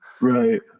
right